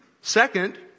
Second